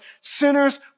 Sinners